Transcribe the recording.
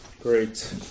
Great